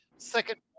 Second